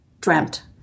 dreamt